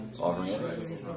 offering